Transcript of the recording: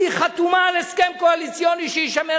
היא חתומה על הסכם קואליציוני שיישמר